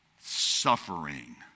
suffering